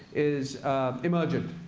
is emergent.